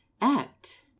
Act